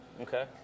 Okay